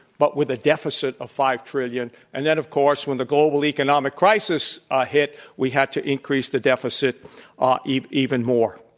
but with a deficit of five trillion. and then, of course, when the global economic crisis ah hit, we had to increase the deficit ah even even more.